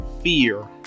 fear